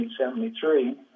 1973